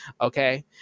okay